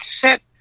set